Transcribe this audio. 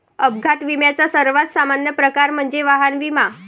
अपघात विम्याचा सर्वात सामान्य प्रकार म्हणजे वाहन विमा